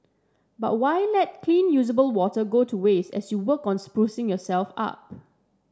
but why let clean usable water go to waste as you work on sprucing yourself up